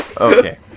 okay